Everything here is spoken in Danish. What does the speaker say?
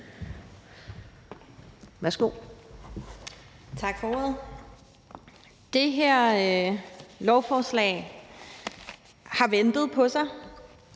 (SF): Tak for ordet. Det her lovforslag har ladet vente på sig,